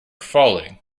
falling